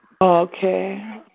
Okay